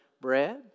Bread